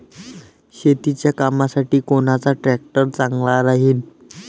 शेतीच्या कामासाठी कोनचा ट्रॅक्टर चांगला राहीन?